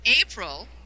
April